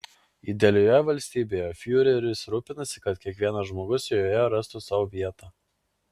idealioje valstybėje fiureris rūpinasi kad kiekvienas žmogus joje rastų sau vietą